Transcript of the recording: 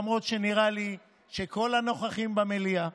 למרות שנראה לי שכל הנוכחים במליאה,